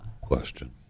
question